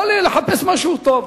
לא לחפש משהו טוב.